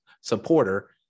supporter